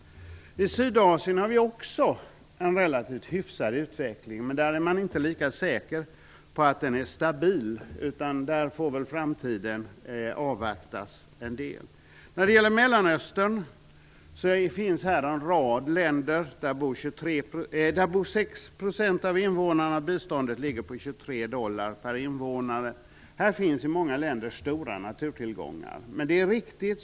I Sydasien finns också en relativt hyfsad utveckling, men där är det inte lika säkert att den är stabil. Det får framtiden utvisa. I Mellanöstern finns en rad länder. Där bor 6 % av de fattigaste invånarna, och biståndet ligger på 23 dollar per invånare. I många av dessa länder finns stora naturtillgångar.